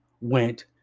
went